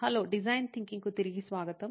hello design thinking కు తిరిగి స్వాగతం